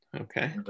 Okay